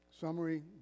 Summary